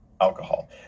alcohol